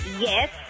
Yes